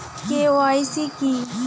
KYC কী?